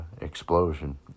explosion